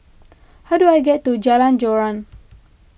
how do I get to Jalan Joran